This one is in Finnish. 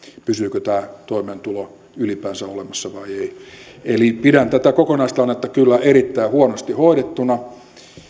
pysyykö tämä toimeentulo ylipäänsä olemassa vai ei eli pidän tätä kokonaistilannetta kyllä erittäin huonosti hoidettuna